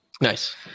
Nice